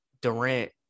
Durant